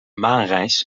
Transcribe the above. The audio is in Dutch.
maanreis